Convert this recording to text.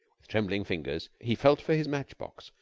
with trembling fingers he felt for his match-box,